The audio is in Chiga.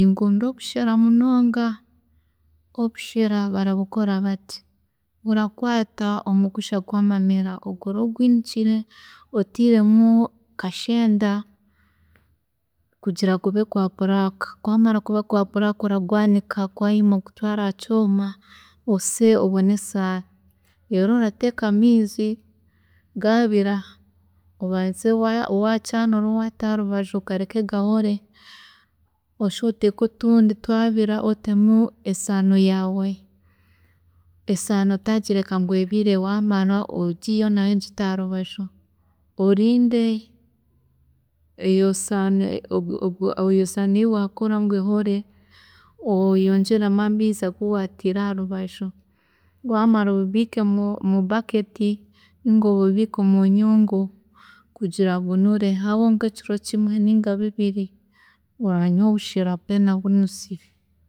﻿Ninkunda obushera munonga, obushera barabukora bati, orakwaata omugusha gwamamera, obwe oraba ogwiinikire, otiiremu kashenda kugira gube gwa black, gwamara kuba gwa black oragwaanika gwayoma ogutwaare aha kyoma ose obone esaano. Reero orateeka amiizi gaabira, obanze waa- wacwaanuuraho waata harubaju ogareke gahore, oshube oteeke otundi twabira otemu esaano yaawe, esaano otagireka ngu ebire wamara ogiiyeho nayo ogite aharubaju, orinde eyo saano -eyo saano eyi waakora ngu ehore oyongyeremu amiizi agu wwaatiire aharubaju, waamara obibiike mu- mu bucket ninga obiibiike omunyuungu kugira ngu bunure, hahwaho nk'ekiro kimwe ninga bibiri, oranywa obushera bweena bunuzire.